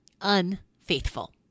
unfaithful